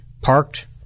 parked